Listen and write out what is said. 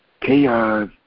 chaos